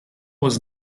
was